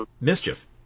mischief